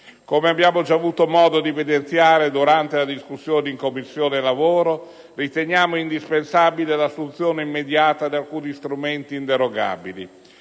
Come abbiamo già avuto modo di evidenziare durante la discussione in Commissione lavoro, riteniamo indispensabile l'assunzione immediata di alcuni strumenti inderogabili.